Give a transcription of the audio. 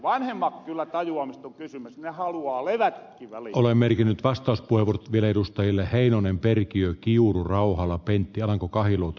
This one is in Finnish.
vanhemmat kyllä tajuamista kysymys haluaa levä mälli ole merkinnyt bastos kuivunut ville edustajille heinonen perkiö kiuru rauhala pentti alanko kahiluoto